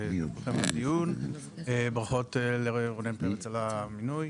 שלום לכולם, ברכות לרונן פרץ על המינוי.